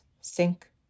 sink